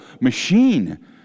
machine